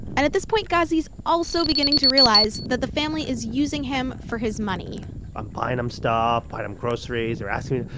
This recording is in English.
and at this point ghazi's also beginning to realize that the family is using him for his money i'm buying them stuff, buying them groceries. they're asking me,